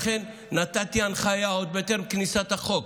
לכן נתתי הנחיה עוד טרם כניסת החוק,